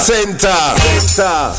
Center